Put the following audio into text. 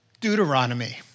Deuteronomy